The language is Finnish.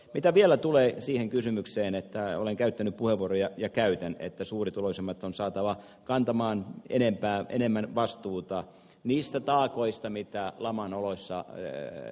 mitä vielä tulee siihen kysymykseen olen käyttänyt puheenvuoroja ja käytän että suurituloisimmat on saatava kantamaan enemmän vastuuta niistä taakoista mitkä laman aikana tulivat vastaan